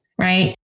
right